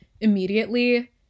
immediately